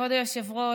כבוד היושב-ראש,